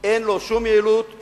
אין לו שום יעילות,